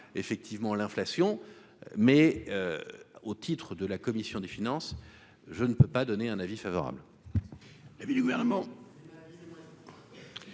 effectivement, l'inflation, mais au titre de la commission des finances, je ne peux pas donner un avis favorable.